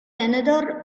another